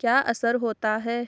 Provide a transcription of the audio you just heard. क्या असर होता है?